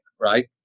right